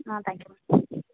ah thank you ma'am